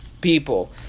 people